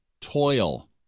Toil